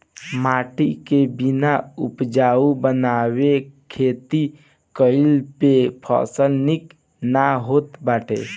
माटी के बिना उपजाऊ बनवले खेती कईला पे फसल निक ना होत बाटे